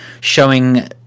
showing